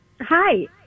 Hi